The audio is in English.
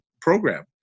program